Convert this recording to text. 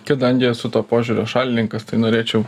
kadangi esu to požiūrio šalininkas tai norėčiau